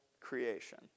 creation